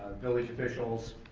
village officials,